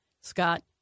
Scott